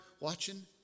watching